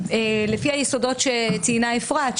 לפי היסודות שציינה אפרת,